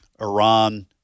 Iran